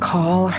Call